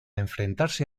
enfrentarse